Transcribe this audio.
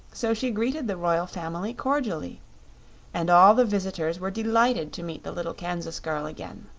so she greeted the royal family cordially and all the visitors were delighted to meet the little kansas girl again.